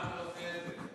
באיזה מעמד הוא עושה את זה?